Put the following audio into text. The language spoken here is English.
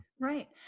Right